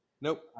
Nope